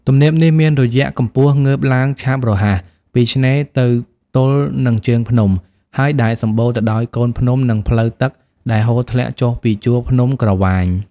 ទំនាបនេះ មានរយៈកំពស់ងើបឡើងឆាប់រហ័ស ពីឆ្នេរទៅទល់នឹងជើងភ្នំ ហើយ ដែលសំបូរទៅដោយកូនភ្នំ និងផ្លូវទឹកដែលហូរធ្លាក់ចុះពីជួរភ្នំក្រវាញ ។